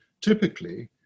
typically